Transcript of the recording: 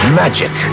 magic